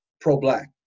pro-black